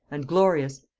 and glorious,